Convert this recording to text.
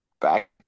back